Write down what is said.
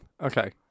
Okay